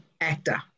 actor